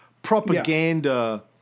Propaganda